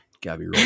Gabby